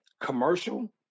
commercial